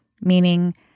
meaning